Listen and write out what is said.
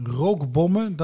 rookbommen